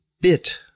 bit